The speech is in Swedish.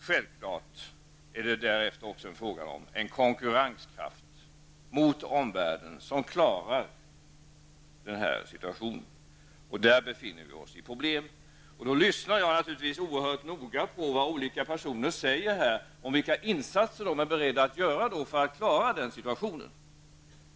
Självfallet är det sedan också fråga om en konkurrenskraft gentemot omvärlden som klarar den här situationen. Det är det läget som vi befinner oss i beträffande problemen. Naturligtvis lyssnar jag oerhört noga på vad olika personer säger om vilka insatser som de är beredda att göra för att klara denna situation.